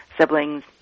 siblings